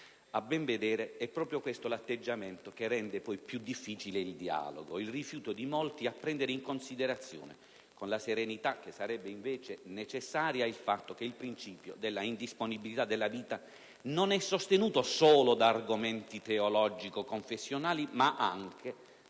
A ben vedere, è proprio questo l'atteggiamento che rende più difficile il dialogo: il rifiuto di molti a prendere in considerazione, con la serenità che sarebbe invece necessaria, il fatto che il principio della indisponibilità della vita non è sostenuto solo da argomenti teologico-confessionali, ma anche